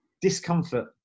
discomfort